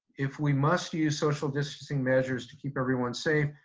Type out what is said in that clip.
if we must use social distancing measures to keep everyone safe,